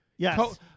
Yes